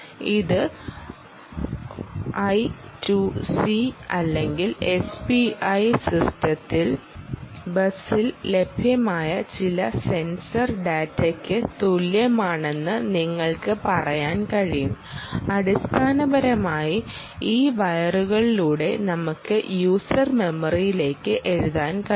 ഇത് I 2 C അല്ലെങ്കിൽ SPI ബസ്സിൽ ലഭ്യമായ ചില സെൻസർ ഡാറ്റയ്ക്ക് തുല്യമാണെന്ന് നിങ്ങൾക്ക് പറയാൻ കഴിയും അടിസ്ഥാനപരമായി ഈ വയറുകളിലൂടെ നമുക്ക് യൂസർ മെമ്മറിയിലേക്ക് എഴുതാൻ കഴിയും